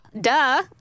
duh